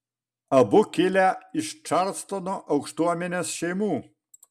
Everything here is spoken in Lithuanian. abu kilę iš čarlstono aukštuomenės šeimų